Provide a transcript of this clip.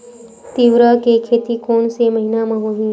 तीवरा के खेती कोन से महिना म होही?